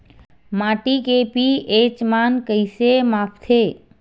माटी के पी.एच मान कइसे मापथे?